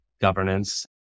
governance